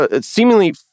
seemingly